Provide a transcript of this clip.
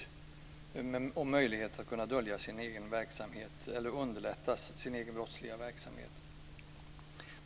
Det ger möjlighet att kunna dölja sin egen verksamhet eller underlättar den egna brottsliga verksamheten.